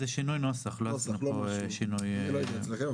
כן.